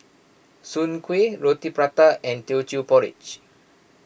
Soon Kueh Roti Prata and Teochew Porridge